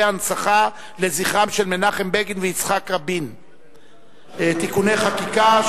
ההנצחה לזכרם של מנחם בגין ויצחק רבין (תיקוני חקיקה),